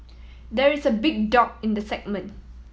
there is a big dog in the segment